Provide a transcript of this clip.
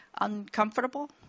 uncomfortable